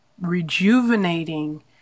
rejuvenating